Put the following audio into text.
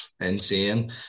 insane